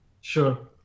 Sure